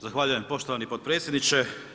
Zahvaljujem poštovani potpredsjedniče.